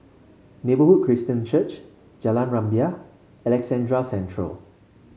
Neighbourhood Christian Church Jalan Rumbia Alexandra Central